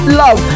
love